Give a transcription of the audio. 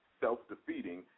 self-defeating